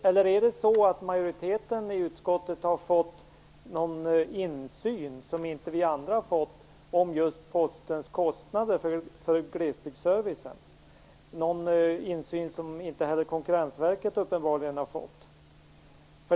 Eller har majoriteten i utskottet fått en inblick i just Postens kostnader för glesbygdsservice som vi andra inte har fått och som Konkurrensverket uppenbarligen inte heller har fått?